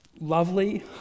lovely